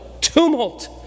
tumult